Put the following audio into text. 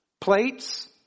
plates